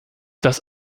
dass